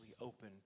open